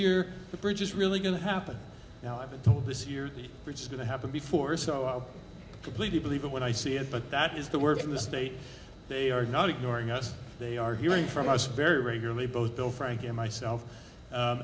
year the bridge is really going to happen now i've been told this year that it's going to happen before so i completely believe it when i see it but that is the word from the state they are not ignoring us they are hearing from us very regularly both bill frank and myself